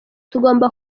tugomba